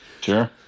Sure